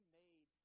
made